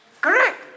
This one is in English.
Correct